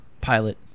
pilot